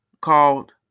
called